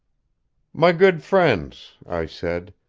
my good friends, i said,